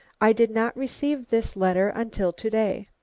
i did not receive this letter until to-day.